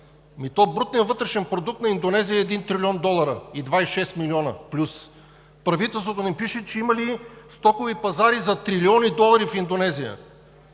Ами брутният вътрешен продукт на Индонезия е 1 трилион долара и 26 милиона плюс. Правителството ми пише, че в Индонезия имали стокови пазари за трилиони долари. Ама тези